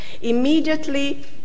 immediately